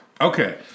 Okay